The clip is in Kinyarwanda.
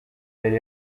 yari